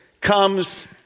comes